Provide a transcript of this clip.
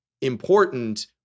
important